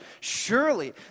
Surely